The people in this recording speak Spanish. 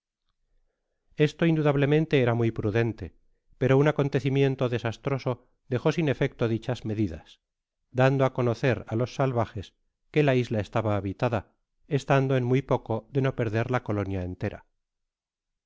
esto indudablemente era muy prudente pero un acontecimiento desastroso dejó sin efecto diehas medidas dando á conocer á los salvajes que la isla estaba habitada estando en muy poco de no perder la colonia cutera